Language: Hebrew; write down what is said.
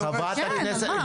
חברת הכנסת גוטליב.